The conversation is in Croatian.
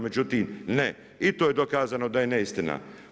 Međutim ne, i to je dokazano da je neistina.